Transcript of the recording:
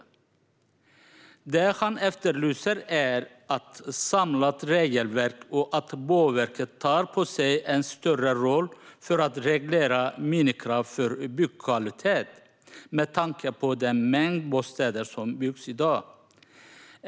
Det han efterlyser är ett samlat regelverk och att Boverket tar på sig en större roll för att reglera minimikrav för byggkvalitet, med tanke på den mängd bostäder som byggs i dag.